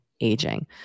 aging